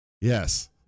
Yes